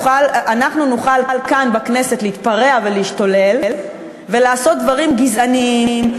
אנחנו נוכל כאן בכנסת להתפרע ולהשתולל ולעשות דברים גזעניים,